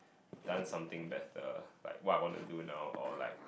done something better like what I want to do now or like